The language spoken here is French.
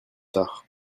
tard